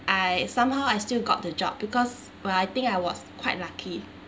I somehow I still got the job because well I think I was quite lucky